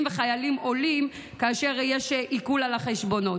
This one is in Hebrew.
וחייליים עולים כאשר יש עיקול על החשבונות.